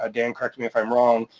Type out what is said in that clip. ah dan correct me if i'm wrong,